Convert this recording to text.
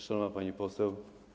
Szanowna Pani Poseł!